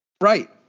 Right